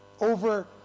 over